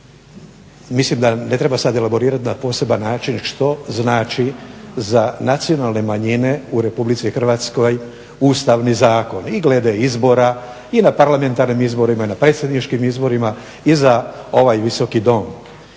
Mislim da ne treba sad elaborirat na poseban način što znači za nacionalne manjine u Republici Hrvatskoj Ustavni zakon i glede izbora i na parlamentarnim izborima i na predsjedničkim izborima i za ovaj Visoki dom.